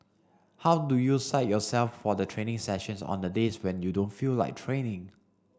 how do you psych yourself for the training sessions on the days when you don't feel like training